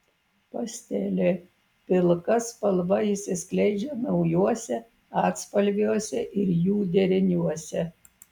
pastelė pilka spalva išsiskleidžia naujuose atspalviuose ir jų deriniuose